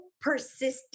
persistent